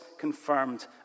confirmed